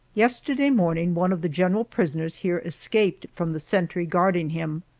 yesterday morning one of the general prisoners here escaped from the sentry guarding him.